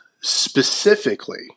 specifically